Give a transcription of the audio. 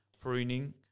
pruning